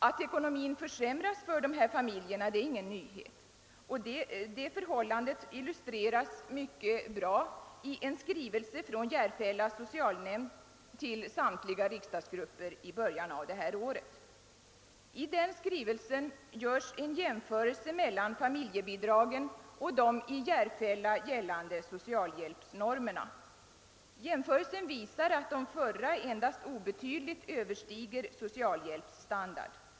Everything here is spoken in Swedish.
Att ekonomin försämras för dessa faniljer är ingen nyhet. Det förhållandet illustreras mycket bra i en skrivelse från Järfälla socialnämnd till samtliga riksdagsgrupper i början på detta år. I den skrivelsen görs en jämförelse mellan familjebidragen och de i Järfälla gällande socialhjälpsnormerna. Jämförelsen visar att de förra endast obetydligt överstiger socialhjälpsstandard.